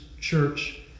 church